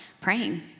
praying